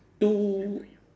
two